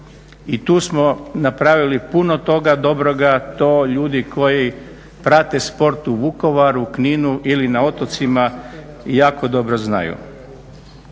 I tu smo napravili puno toga dobroga, to ljudi koji prate sport u Vukovaru, Kninu ili na otocima jako dobro znaju.